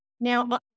Now